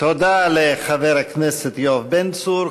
תודה לחבר הכנסת יואב בן צור.